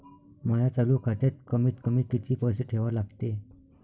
माया चालू खात्यात कमीत कमी किती पैसे ठेवा लागते?